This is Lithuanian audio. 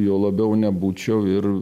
juo labiau nebūčiau ir